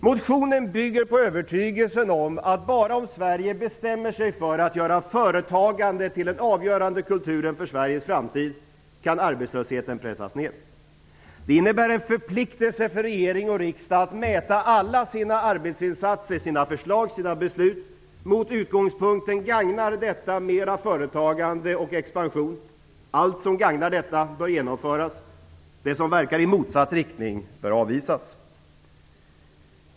Motionen bygger på övertygelsen om att bara om Sverige bestämmer sig för att göra företagandet till den avgörande kulturen för Sveriges framtid kan arbetslösheten pressas ned. Det innebär en förpliktelse för regering och riksdag att mäta alla sina arbetsinsatser, förslag och beslut mot utgångspunkten: Gagnar detta mer företagande och expansion? Allt som gagnar detta bör genomföras. Det som verkar i motsatt riktning bör avvisas.